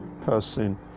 person